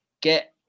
get